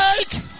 take